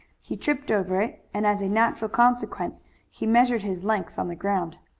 he tripped over it, and as a natural consequence he measured his length on the ground.